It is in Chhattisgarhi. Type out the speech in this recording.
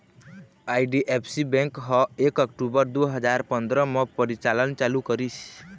आई.डी.एफ.सी बेंक ह एक अक्टूबर दू हजार पंदरा म परिचालन चालू करिस